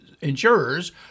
insurers